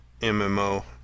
MMO